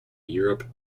europe